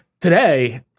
Today